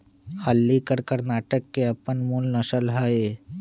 हल्लीकर कर्णाटक के अप्पन मूल नसल हइ